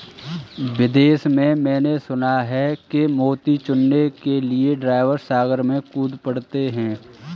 विदेश में मैंने सुना है कि मोती चुनने के लिए ड्राइवर सागर में कूद पड़ते हैं